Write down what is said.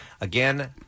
Again